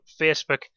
Facebook